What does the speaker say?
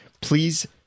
Please